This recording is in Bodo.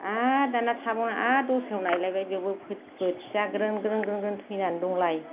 आरो दाना थाबावना आरो दस्रायाव नायलायबाय बेयावबो बोथिया ग्रोन ग्रोन ग्रोन ग्रोन थैनानै दंलाय